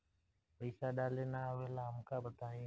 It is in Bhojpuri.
पईसा डाले ना आवेला हमका बताई?